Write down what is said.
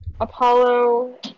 Apollo